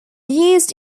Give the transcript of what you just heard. used